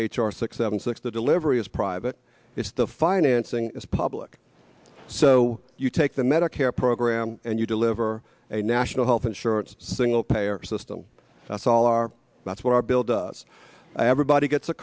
r six seven six the delivery is private it's the financing is public so you take the medicare program and you deliver a national health insurance single payer system that's all our that's what our bill does everybody gets a